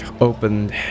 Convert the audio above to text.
opened